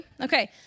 okay